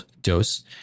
dose